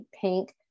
pink